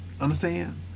Understand